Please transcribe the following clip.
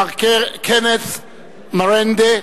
מר קנת מרנדה,